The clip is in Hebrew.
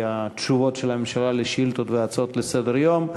התשובות של הממשלה על שאילתות והצעות לסדר-היום.